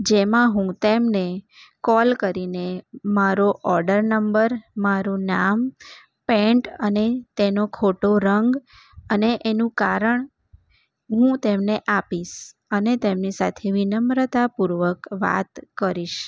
જેમાં હું તેમને કોલ કરીને મારો ઓડર નંબર મારું નામ પેન્ટ અને તેનો ખોટો રંગ અને એનું કારણ હું તેમને આપીશ અને તેમની સાથે વિનમ્રતા પૂર્વક વાત કરીશ